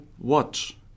watch